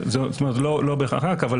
לא בהכרח רק זה,